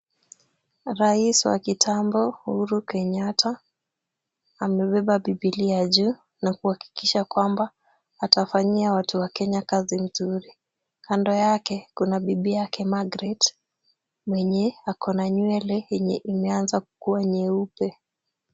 Rais wa kitambo Uhuru Kenyatta, amebeba bibilia juu na kuhakikisha kwamba atafanyia watu wa Kenya kazi mzuri. Kando yake kuna bibi yake Margaret mwenye ako na nywele yenye imeanza kukuwa nyeupe.